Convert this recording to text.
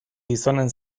gizonen